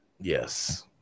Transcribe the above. yes